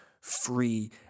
free